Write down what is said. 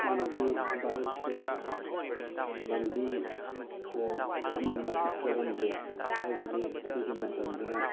ꯍꯥꯟꯅꯗꯤ ꯚꯥꯔꯠꯁꯦ ꯂꯝꯕꯤ ꯊꯣꯡ ꯌꯥꯝꯅ ꯃꯇꯤꯛ ꯆꯥꯔꯝꯗꯦ ꯍꯥꯏꯕꯗꯤ ꯑꯗꯨꯒꯤ ꯃꯇꯝꯗꯨꯗ